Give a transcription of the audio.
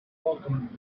welcome